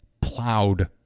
plowed